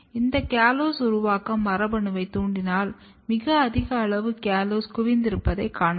இந்த காலோஸ் உருவாக்கும் மரபணுவை தூண்டினால் மிக அதிக அளவு காலோஸ் குவிந்திருப்பதை காணலாம்